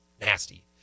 nasty